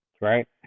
right